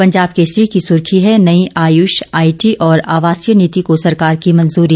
पंजाब केसरी की सुर्खी है नई आयुष आईटी और आवासीय नीति को सरकार की मंजूरी